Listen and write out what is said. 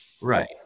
Right